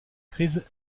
crise